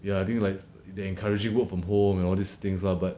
ya I think like they encouraging work from home and all these things lah but